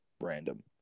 random